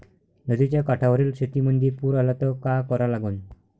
नदीच्या काठावरील शेतीमंदी पूर आला त का करा लागन?